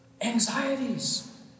anxieties